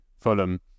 Fulham